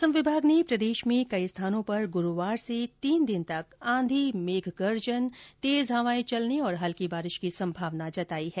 मौसम विभाग ने प्रदेश में कई स्थानों पर गुरूवार से तीन दिन तक आंधी मेघगर्जन तेज हवाएं चलने और हल्की बारिश की संभावना जताई है